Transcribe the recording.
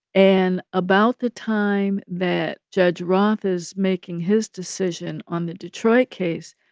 and about the time that judge roth is making his decision on the detroit case,